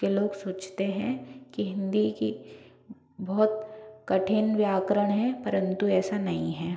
कि लोग सोचते हैं कि हिंदी की बहुत कठिन व्याकरण है परंतु ऐसा नहीं हैं